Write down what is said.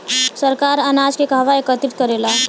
सरकार अनाज के कहवा एकत्रित करेला?